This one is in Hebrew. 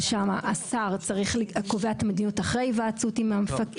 שם השר קובע את המדיניות אחרי היוועצות עם מפקד המשטרה.